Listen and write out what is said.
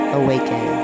awaken